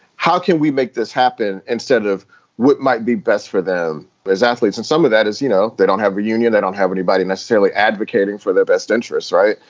how can we make this happen instead of what might be best for them as athletes? and some of that is, you know, they don't have a union. they don't have anybody necessarily advocating for their best interests. right.